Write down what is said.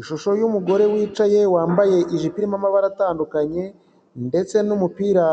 Ishusho y'umugore wicaye wambaye ijipo namabara atandukanye ndetse n'umupira